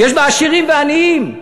ויש בה עשירים ועניים,